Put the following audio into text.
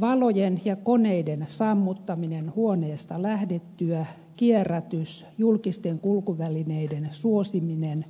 valojen ja koneiden sammuttaminen huoneesta lähdettyä kierrätys julkisten kulkuvälineiden suosiminen